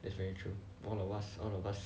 that's very true all of us all of us